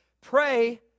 Pray